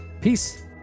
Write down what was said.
Peace